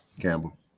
Campbell